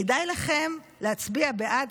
כדאי לכם להצביע בעד,